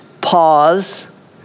Pause